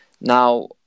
Now